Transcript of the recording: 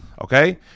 okay